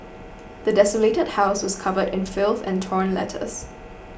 the desolated house was covered in filth and torn letters